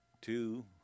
two